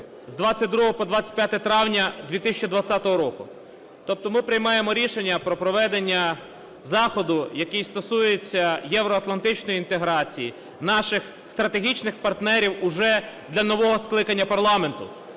з 22-го по 25 травня 2020 року. Тобто ми приймаємо рішення про проведення заходу, який стосується євроатлантичної інтеграції наших стратегічних партнерів уже для нового скликання парламенту.